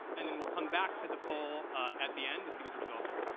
and then we'll come back to the poll at the end to see what the results are.